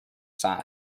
side